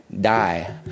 die